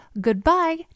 goodbye